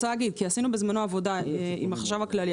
עבודה עם החשב הכללי.